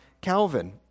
Calvin